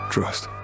Trust